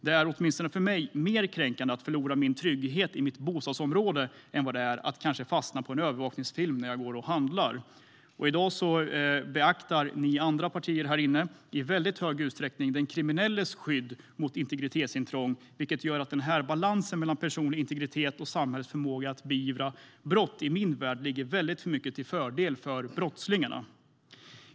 Det är åtminstone för mig mer kränkande att förlora min trygghet i mitt bostadsområde än vad det är att kanske fastna på en övervakningsfilm när jag går och handlar. Och i dag beaktar ni andra partier i väldigt stor utsträckning den kriminelles skydd mot integritetsintrång, vilket gör att balansen mellan personlig integritet och samhällets förmåga att beivra brott i min värld ligger väldigt för mycket till fördel för brottslingarna.